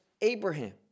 Abraham